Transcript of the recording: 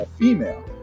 female